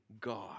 god